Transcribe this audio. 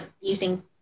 using